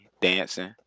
dancing